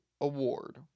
award